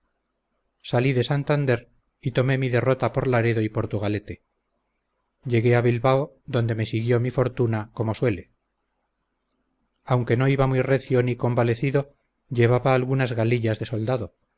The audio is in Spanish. salí de santander y tomé mi derrota por laredo y portugalete llegué a bilbao donde me siguió mi fortuna como suele aunque no iba muy recio ni convalecido llevaba algunas galillas de soldado